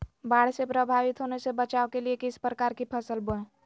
बाढ़ से प्रभावित होने से बचाव के लिए किस प्रकार की फसल बोए?